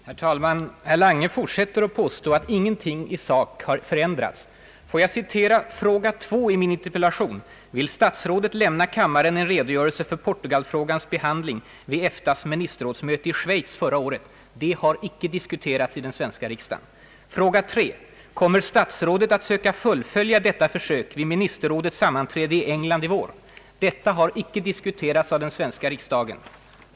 Herr talman! Statsrådet Lange fortsätter att påstå att ingenting i sak har förändrats. Låt mig citera några frågor i min interpellation. Fråga 2: »Vill statsrådet lämna kammaren en redogörelse för Portugalfrågans behandling vid EFTA:s ministermöte i Schweiz förra året?» Det har icke diskuterats i den svenska riksdagen. Fråga 3: >»Kommer statsrådet att söka fullfölja detta försök vid ministerrådets sammanträde i England i vår?» Det har icke diskuterats i den svenska riksdagen.